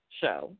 show